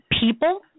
people